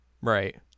Right